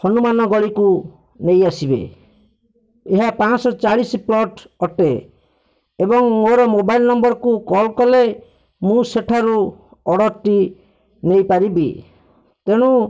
ହନୁମାନ ଗଳିକୁ ନେଇ ଆସିବେ ଏହା ପାଂଶହ ଚାଳିଶ ପ୍ଲର୍ଟ୍ ଅଟେ ଏବଂ ମୋର ମୋବାଇଲ୍ ନମ୍ବର୍ କୁ କଲ୍ କଲେ ମୁଁ ସେଠାରୁ ଅର୍ଡ଼ର୍ ଟି ନେଇପାରିବି ତେଣୁ